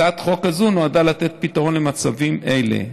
הצעת החוק הזאת נועדה לתת פתרון במצבים אלה.